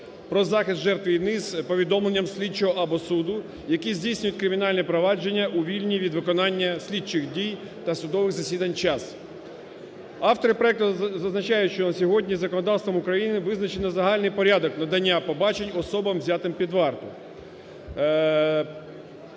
про захист жертв війни з повідомленням слідчого, або суду, які здійснюють кримінальне провадження у вільні від виконання слідчих дій та судових засідань час. Автори проекту зазначають, що на сьогодні законодавством України визначено загальний порядок надання побачень особам, взятих під варту.